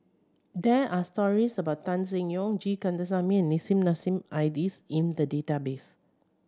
there are stories about Tan Seng Yong G Kandasamy and Nissim Nassim Adis in the database